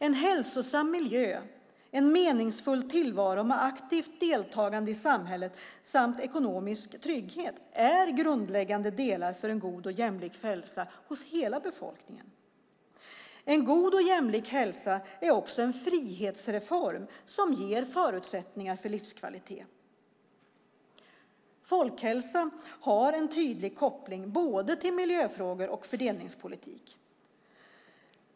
En hälsosam miljö, en meningsfull tillvaro med aktivt deltagande i samhället samt ekonomisk trygghet är grundläggande delar för en god och jämlik hälsa hos hela befolkningen. En god och jämlik hälsa är också en frihetsreform som ger förutsättningar för livskvalitet. Folkhälsa har en tydlig koppling till både miljöfrågor och fördelningspolitik.